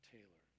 Taylor